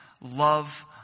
love